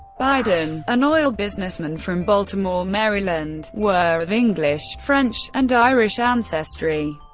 biden, an oil businessman from baltimore, maryland, were of english, french, and irish ancestry.